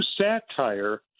satire